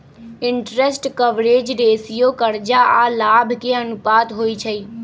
interest coverage ratio करजा आऽ लाभ के अनुपात होइ छइ